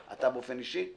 אתה באופן אישי?